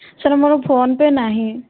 sir ମୋର PhonePe' ନାହିଁ